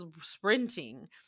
sprinting